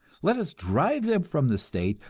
let us drive them from the state,